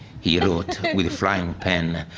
he wrote with flying pen.